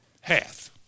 hath